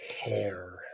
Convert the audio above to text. hair